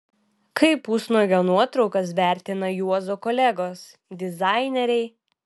kaip pusnuogio nuotraukas vertina juozo kolegos dizaineriai